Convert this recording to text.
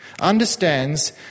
understands